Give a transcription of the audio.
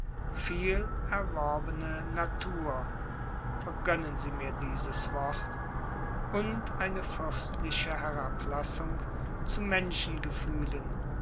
viel erworbene natur vergönnen sie mir dieses wort und eine fürstliche herablassung zu menschengefühlen